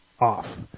off